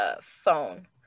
phone